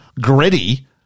gritty